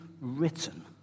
written